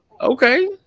Okay